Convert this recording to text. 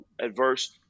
adverse